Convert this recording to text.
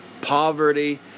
poverty